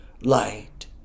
light